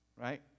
Right